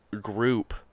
group